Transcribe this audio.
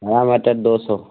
हरा मटर दो सौ